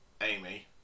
Amy